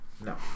No